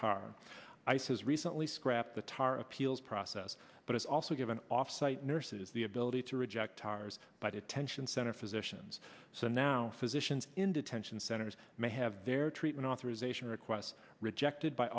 has recently scrapped the tar appeals process but it's also give an offsite nurses the ability to reject tars by detention center physicians so now physicians in detention centers may have their treatment authorisation requests rejected by